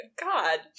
God